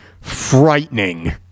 frightening